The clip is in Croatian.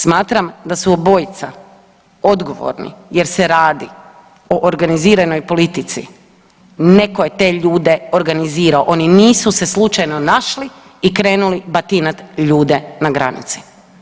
Smatram da su obojica odgovorni jer se radi o organiziranoj politici, netko je te ljude organizirao, oni nisu se slučajno našli i krenuli batinat ljude na granici.